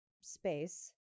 space